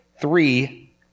three